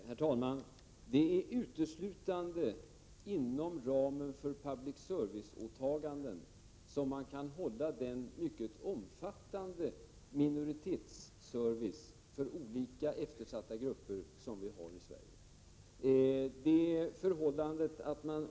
Herr talman! Det är uteslutande inom ramen för public service-åtaganden som man kan hålla den mycket omfattande minoritetsservice för olika eftersatta grupper som vi har i Sverige.